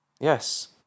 Yes